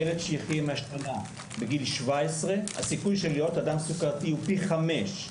ילד שייחיה עם השמנה בגיל 17 הסיכוי שלו להיות אדם סוכרתי הוא פי חמש.